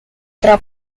otra